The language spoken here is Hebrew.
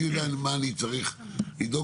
אני יודע מה אני צריך לדאוג,